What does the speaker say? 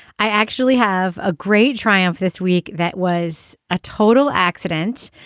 i actually have a great triumph this week. that was a total accident.